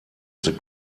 the